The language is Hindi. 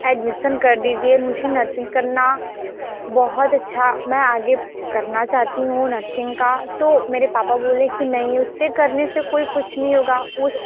एडमिसन कर दीजिए मुझे नर्सिंग करना बहुत अच्छा मैं आगे करना चाहती हूँ नर्सिंग का तो मेरे पापा बोले कि नहीं उसे करने से कोई कुछ नहीं होगा उस